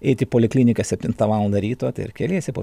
eit į polikliniką septintą valandą ryto tai ir keliese po